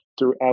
throughout